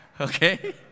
Okay